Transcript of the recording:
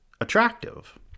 attractive